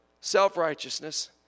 self-righteousness